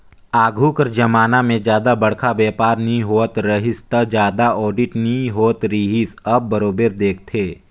आघु कर जमाना में जादा बड़खा बयपार नी होवत रहिस ता जादा आडिट नी होत रिहिस अब बरोबर देखथे